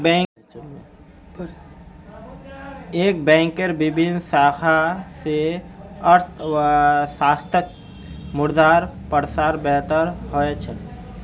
एक बैंकेर विभिन्न शाखा स अर्थव्यवस्थात मुद्रार प्रसार बेहतर ह छेक